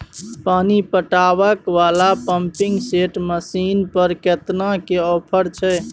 पानी पटावय वाला पंपिंग सेट मसीन पर केतना के ऑफर छैय?